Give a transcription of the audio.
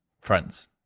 friends